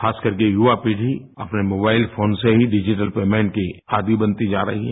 खासकरके युवा पीढ़ी अपने मोबाइल से ही डिजिटल पेमेंट की आदि बनती जा रही है